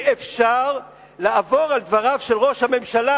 אי-אפשר לעבור על דבריו של ראש הממשלה.